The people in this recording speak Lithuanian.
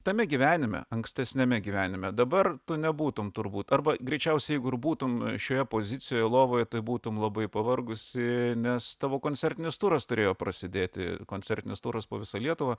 tame gyvenime ankstesniame gyvenime dabar tu nebūtum turbūt arba greičiausiai jeigu ir būtum šioje pozicijoje lovoj tai būtum labai pavargusi nes tavo koncertinis turas turėjo prasidėti koncertinis turas po visą lietuvą